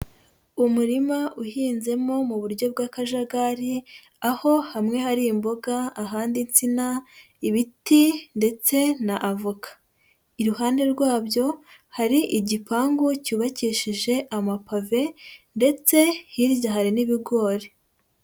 Umurima uhinzemo mu buryo bw'akajagari aho hamwe hari imboga ahandi insina, ibiti ndetse n'avoka, iruhande rwabyo hari igipangu cyubakishije amapave ndetse hirya hari n'ibigori.